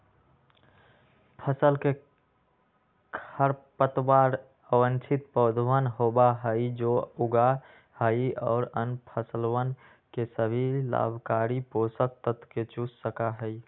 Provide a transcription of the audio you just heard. फसल के खरपतवार अवांछित पौधवन होबा हई जो उगा हई और अन्य फसलवन के सभी लाभकारी पोषक तत्व के चूस सका हई